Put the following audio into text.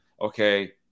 okay